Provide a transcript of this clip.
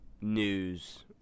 news